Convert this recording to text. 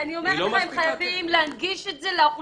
אני אומרת לך, הם חייבים להנגיש את זה לאוכלוסיות.